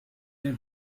den